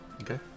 okay